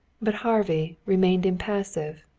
but harvey remained impassive,